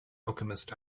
alchemist